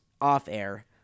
off-air